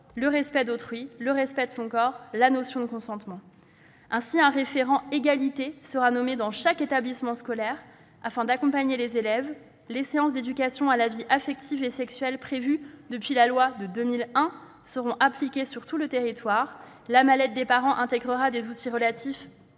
le respect d'autrui, le respect de son corps, la notion de consentement. Ainsi, un référent égalité sera nommé dans chaque établissement scolaire, afin d'accompagner les élèves. Par ailleurs, les séances d'éducation à la vie affective et sexuelle, prévues depuis la loi de 2001, seront obligatoires sur tout le territoire. Enfin, la mallette des parents intégrera des outils relatifs